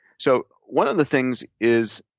so one of the things is